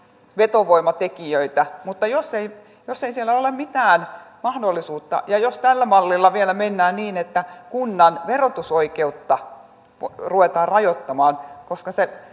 vetovoimatekijöitä mutta jos ei jos ei siellä ole ole mitään mahdollisuutta ja jos tällä mallilla vielä mennään niin että kunnan verotusoikeutta ruvetaan rajoittamaan koska